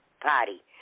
party